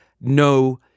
no